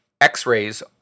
X-rays